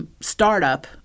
startup